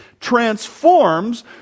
transforms